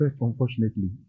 Unfortunately